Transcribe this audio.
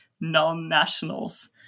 non-nationals